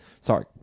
Sorry